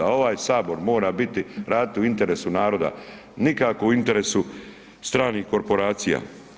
Ovaj sabor mora biti, raditi u interesu naroda, nikako u interesu stranih korporacija.